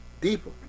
deeper